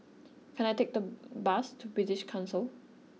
can I take the bus to British Council